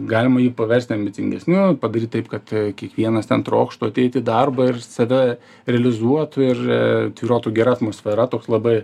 galima jį paversti ambicingesniu padaryt taip kad kiekvienas ten trokštų ateit į darbą ir save realizuotų ir tvyrotų gera atmosfera toks labai